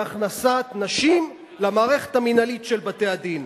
בהכנסת נשים למערכת המינהלית של בתי-הדין.